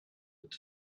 with